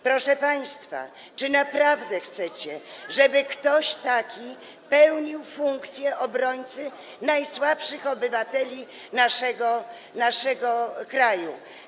Proszę państwa, czy naprawdę chcecie, żeby ktoś taki pełnił funkcję obrońcy najsłabszych obywateli naszego kraju?